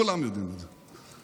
כולם יודעים את זה,